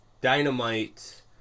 dynamite